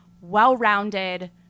well-rounded